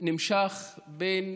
ונמשך הריב בין